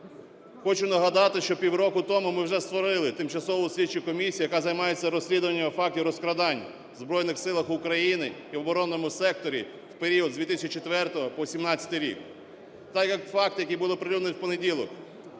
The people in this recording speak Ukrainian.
Хочу нагадати, що півроку тому ми вже створили Тимчасову слідчу комісію, яка займається розслідуванням фактів розкрадань в Збройних Силах України і в оборонному секторі в період з 2004-го по 2017 рік. Так як факти, які були оприлюднені в понеділок,